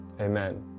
amen